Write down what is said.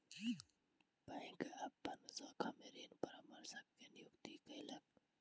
bank अपन शाखा में ऋण परामर्शक के नियुक्ति कयलक